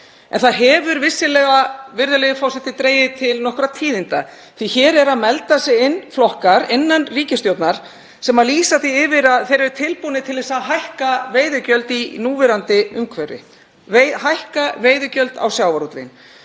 En það hefur vissulega, virðulegi forseti, dregið til nokkurra tíðinda því að hér eru að melda sig inn flokkar innan ríkisstjórnar sem lýsa því yfir að þeir séu tilbúnir til þess að hækka veiðigjöld í núverandi umhverfi, hækka veiðigjöld á sjávarútveginn.